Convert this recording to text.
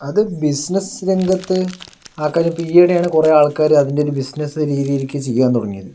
അത് ബിസിനസ് രംഗത്ത് ആ കാര്യം ഇപ്പോൾ ഈയിടെയാണ് കുറേ ആൾക്കാർ അതിൻ്റെ ഒരു ബിസിനസ് രീതിയിലേക്ക് ചെയ്യാൻ തുടങ്ങിയത്